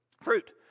Fruit